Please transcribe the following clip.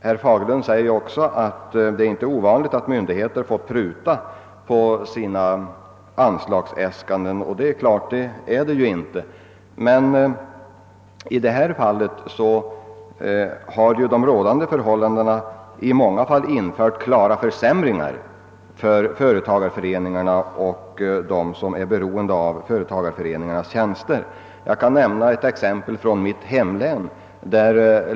Herr Fagerlund säger också att det inte är ovanligt att myndigheter får pruta på sina anslagsäskanden, och det är ju riktigt. Men vad beträffar småföretagens kreditmöjligheter har de rådande förhållandena inneburit :bestäm da försämringar för företagareföreningarna och för dem som är beroende av föreningarnas tjänster. Jag kan nämna exempel från mitt hemlän.